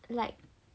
like